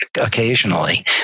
occasionally